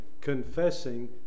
confessing